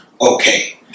okay